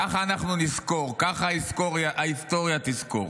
ככה אנחנו נזכור, ככה ההיסטוריה תזכור: